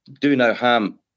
do-no-harm